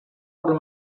por